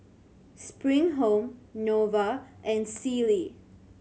Spring Home Nova and Sealy